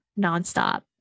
nonstop